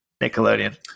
Nickelodeon